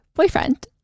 boyfriend